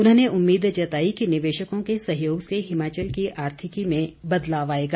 उन्होंने उम्मीद जताई कि निवेशकों के सहयोग से हिमाचल की आर्थिकी में बदलाव आएगा